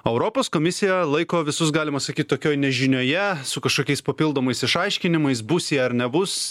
europos komisija laiko visus galima sakyt tokioj nežinioje su kažkokiais papildomais išaiškinimais bus jie ar nebus